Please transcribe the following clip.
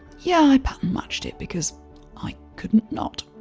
yeah, i pattern matched it because i couldn't not.